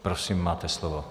Prosím, máte slovo.